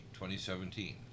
2017